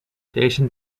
station